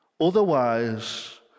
Otherwise